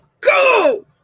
go